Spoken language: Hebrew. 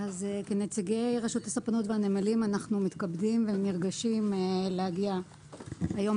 כנציגי רשות הספנות והנמלים אנחנו מתכבדים ונרגשים להגיע היום